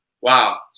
wow